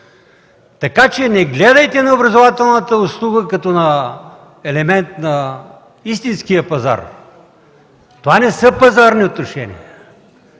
получи?! Не гледайте на образователната услуга като на елемент на истинския пазар. Това не са пазарни отношения.